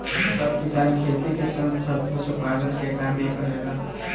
सब किसान खेती के साथ साथ पशुपालन के काम भी करेलन